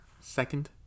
Second